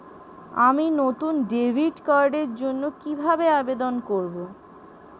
আমি নতুন ডেবিট কার্ডের জন্য কিভাবে আবেদন করব?